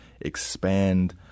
expand